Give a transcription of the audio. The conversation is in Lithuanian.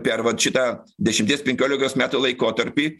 per vat šitą dešimties penkiolikos metų laikotarpį